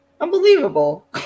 unbelievable